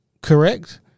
Correct